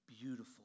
beautiful